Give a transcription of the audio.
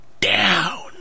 down